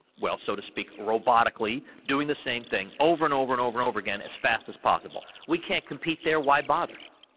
well, so to speak, robotically doing the same thing over and over and over, again, as fast as possible. we can't compete there, why bother?